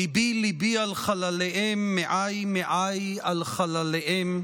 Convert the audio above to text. ליבי ליבי על חלליהם, מעיי מעיי על חלליהם".